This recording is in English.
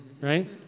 right